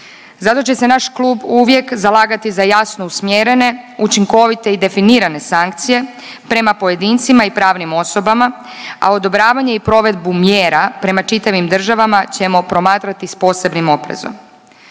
Zato će se naš klub uvijek zalagati za jasno usmjerene učinkovite i definirane sankcije prema pojedincima i pravnim osobama, a odobravanje i provedbu mjera prema čitavim državama ćemo promatrati s posebnim oprezom.